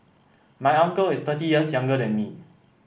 my uncle is thirty years younger than me